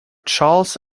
charles